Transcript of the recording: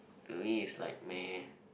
to me it's like meh